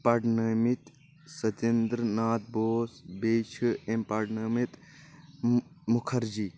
پرنأوۍ مٕتۍ ستیندرٕ ناتھ بوس بیٚیہِ چھ أمۍ پرنٲے مٕتۍ مُکھرجی